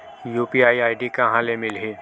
UPI ID कहां ले मिलही?